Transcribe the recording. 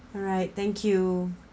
alright thank you